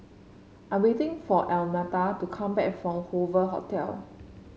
I waiting for Almeta to come back from Hoover Hotel